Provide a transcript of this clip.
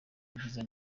byiza